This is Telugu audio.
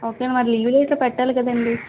ఓకే మరి లీవ్ లెటర్ పెట్టాలికదండి